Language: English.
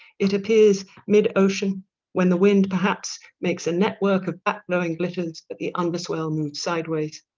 it appears mid-ocean when the wind perhaps makes a network of backblowing glitters that the underswell moves sideways